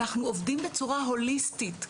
אנחנו עובדים בצורה הוליסטית,